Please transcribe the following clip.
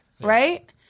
right